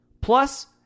Plus